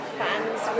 fans